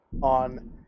on